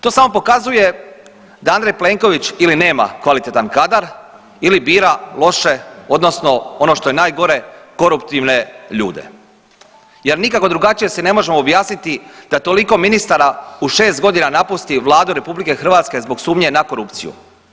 To samo pokazuje da Andrej Plenković ili nema kvalitetan kadar ili bira loše odnosno, ono što je najgore, koruptivne ljude jer nikako drugačije si ne možemo objasniti da toliko ministara u 6 godina napusti Vladu RH zbog sumnje na korupciju.